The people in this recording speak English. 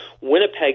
Winnipeg